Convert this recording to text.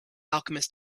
alchemist